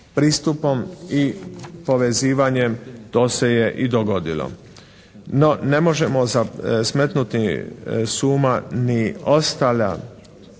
pristupom i povezivanjem to se je i dogodilo. No, ne možemo smetnuti s uma ni ostale